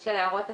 של הערות הציבור.